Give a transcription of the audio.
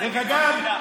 בגדול,